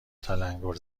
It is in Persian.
تلنگور